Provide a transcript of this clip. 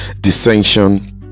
dissension